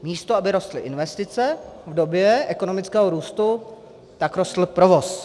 Místo aby rostly investice v době ekonomického růstu, tak rostl provoz.